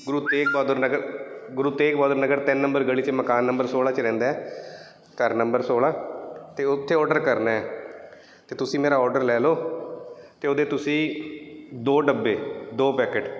ਗੁਰੂ ਤੇਗ ਬਹਾਦਰ ਨਗਰ ਗੁਰੂ ਤੇਗ ਬਹਾਦਰ ਨਗਰ ਤਿੰਨ ਨੰਬਰ ਗਲੀ 'ਚ ਮਕਾਨ ਨੰਬਰ ਸੋਲ੍ਹਾਂ 'ਚ ਰਹਿੰਦਾ ਹੈ ਘਰ ਨੰਬਰ ਸੋਲ੍ਹਾਂ ਅਤੇ ਉੱਥੇ ਔਡਰ ਕਰਨਾ ਅਤੇ ਤੁਸੀਂ ਮੇਰਾ ਔਡਰ ਲੈ ਲਓ ਅਤੇ ਉਹਦੇ ਤੁਸੀਂ ਦੋ ਡੱਬੇ ਦੋ ਪੈਕਟ